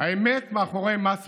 "האמת מאחורי מס עבאס.